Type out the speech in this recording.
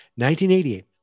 1988